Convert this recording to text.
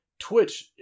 Twitch